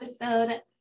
episode